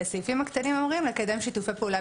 והסעיפים הקטנים אומרים לקדם שיתופי פעולה